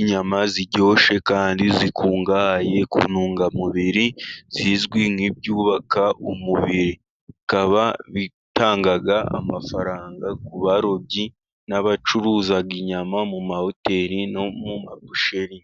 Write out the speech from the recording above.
inyama ziryoshye kandi zikungahaye ku ntungamubiri; zizwi nk'ibyubaka umubiri, bikaba bitanga amafaranga ku barobyi n'abacuruza inyama mu mahoteli no mu mabusheri.